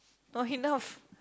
not enough